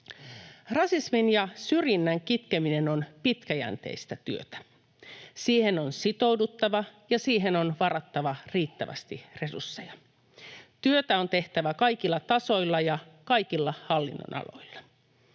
Rasismin ja syrjinnän kitkeminen on pitkäjänteistä työtä. Siihen on sitouduttava ja siihen on varattava riittävästi resursseja. Työtä on tehtävä kaikilla tasoilla ja kaikilla hallinnonaloilla.